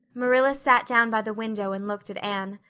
marilla sat down by the window and looked at anne.